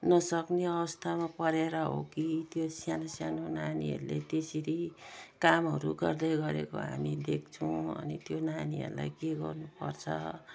नसक्ने अवस्थामा परेर हो कि त्यो सानोसानो नानीहरूले त्यसरी कामहरू गर्दै गरेको हामी देख्छौँ अनि त्यो नानीहरूलाई के गर्नुपर्छ